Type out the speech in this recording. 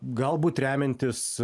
galbūt remiantis